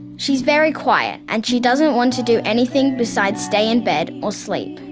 she is very quiet and she doesn't want to do anything besides stay in bed or sleep.